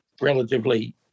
relatively